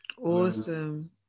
Awesome